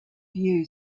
view